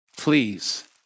Please